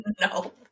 No